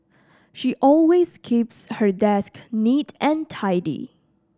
she always keeps her desk neat and tidy